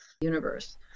Universe